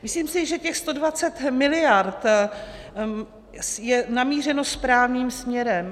Myslím si, že těch 120 miliard je namířeno správným směrem.